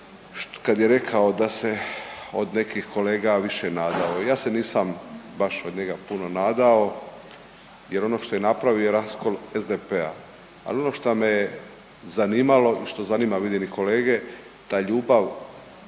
kad je rekao da se od nekih kolega više nadao, ja se nisam baš od njega puno nadao jer ono što je napravio je raskol SDP-a. Ali ono što me je zanimalo i što zanima vidim i kolege ta ljubav